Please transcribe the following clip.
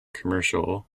commercial